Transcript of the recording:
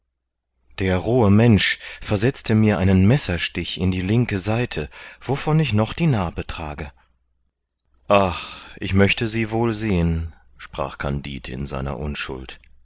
der rohe mensch versetzte mir einen messerstich in die linke seite wovon ich noch die narbe trage ach ich möchte sie wohl sehen sprach kandid in seiner unschuld